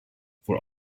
for